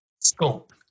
scope